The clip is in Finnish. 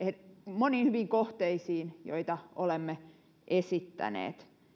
moniin hyviin kohteisiin joita olemme esittäneet